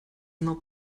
not